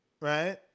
right